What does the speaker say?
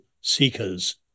seekers